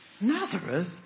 Nazareth